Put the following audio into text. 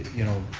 you know,